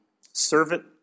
servant